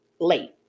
late